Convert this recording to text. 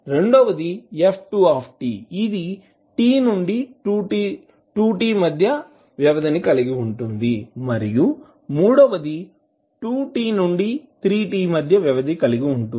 రెండవది f2t ఇది t నుండి 2t మధ్య వ్యవధిని కలిగి ఉంటుంది మరియు మూడవది 2t నుండి 3t మధ్య వ్యవధిని కలిగి ఉంటుంది